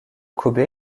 kobe